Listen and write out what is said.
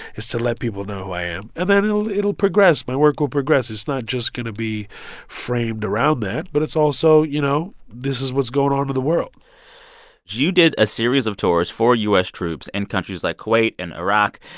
is to let people know who i am. and then it'll it'll progress, my work will progress. it's not just going to be framed around that, but it's also, you know, this is what's going on in the world you did a series of tours for u s. troops in countries like kuwait and iraq,